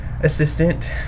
assistant